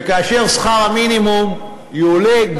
וכאשר שכר המינימום יועלה,